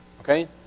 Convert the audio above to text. okay